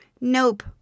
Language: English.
Nope